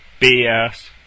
BS